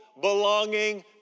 belonging